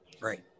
Right